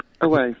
Away